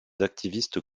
activistes